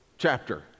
chapter